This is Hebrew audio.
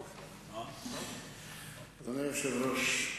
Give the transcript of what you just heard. אדוני היושב-ראש,